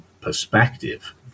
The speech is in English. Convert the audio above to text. perspective